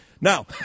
Now